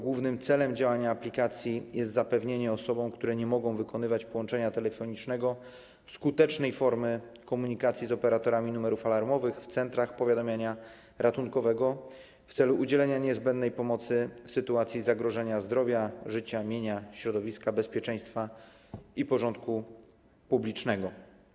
Głównym celem działania aplikacji jest zapewnienie osobom, które nie mogą wykonywać połączenia telefonicznego, skutecznej formy komunikacji z operatorami numerów alarmowych w centrach powiadamiania ratunkowego w celu udzielenia niezbędnej pomocy w sytuacji zagrożenia zdrowia, życia, mienia, środowiska, bezpieczeństwa i porządku publicznego.